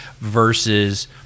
versus